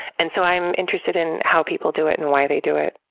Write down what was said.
and so i'm interested in how people do it and why they do it.